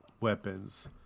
weapons